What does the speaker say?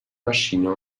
maschine